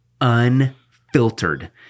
unfiltered